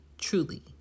truly